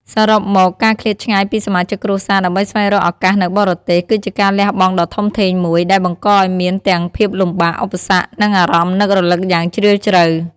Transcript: សរុបមក ការឃ្លាតឆ្ងាយពីសមាជិកគ្រួសារដើម្បីស្វែងរកឱកាសនៅបរទេស គឺជាការលះបង់ដ៏ធំធេងមួយ ដែលបង្កឲ្យមានទាំងភាពលំបាក ឧបសគ្គ និងអារម្មណ៍នឹករលឹកយ៉ាងជ្រាលជ្រៅ។